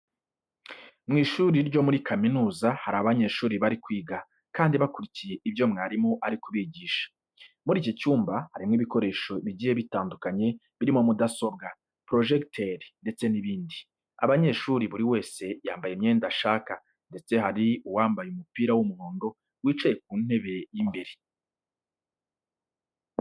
Mu ishuri ryo muri kaminuza harimo abanyeshuri bari kwiga kandi bakurikiye ibyo mwarimu ari kubigisha. Muri iki cyumba harimo ibikoresho bigiye bitandukanye birimo mudasobwa, porojegiteri ndetse n'ibindi. Abanyeshuri buri wese yambaye imyenda ashaka ndetse harimo uwambaye umupira w'umuhondo wicaye ku ntebe y'imbere.